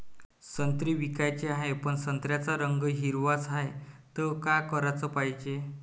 संत्रे विकाचे हाये, पन संत्र्याचा रंग हिरवाच हाये, त का कराच पायजे?